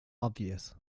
obvious